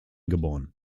geboren